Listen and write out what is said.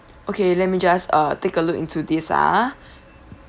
okay let me just uh take a look into this ah